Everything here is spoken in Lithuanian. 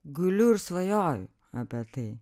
guliu ir svajoju apie tai